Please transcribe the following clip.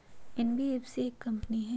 NBFC एक company हई?